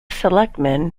selectmen